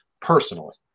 personally